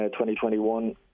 2021